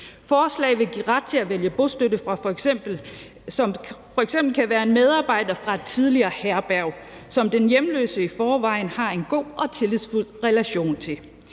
Forslaget vil give ret til at vælge en form for bostøtte, som f.eks. kan være en medarbejder fra et tidligere herberg, som den hjemløse i forvejen har en god og tillidsfuld relation til.